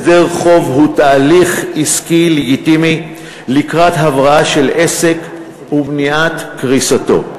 הסדר חוב הוא תהליך עסקי לגיטימי לקראת הבראה של עסק ומניעת קריסתו.